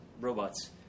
robots